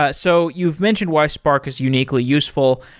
ah so you've mentioned why spark is uniquely useful,